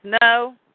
no